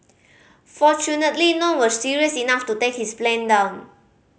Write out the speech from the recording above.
fortunately none were serious enough to take his plane down